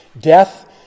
death